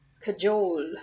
cajole